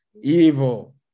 evil